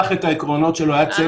מי שכתב את העקרונות שלו היה צוות,